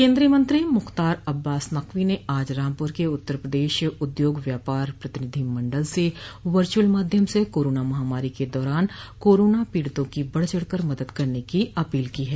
केन्द्रीय मंत्री मुख्तार अब्बास नकवी ने आज रामपूर के उत्तर प्रदेश उद्योग व्यापार प्रतिनिधि मंडल से वर्च्अल माध्यम से कोरोना महामारी के दौरान कोराना पीड़ितों की बढ़ चढ़ कर मदद करने की अपील की है